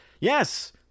yes